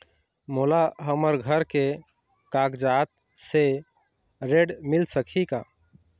मोला हमर घर के कागजात से ऋण मिल सकही का?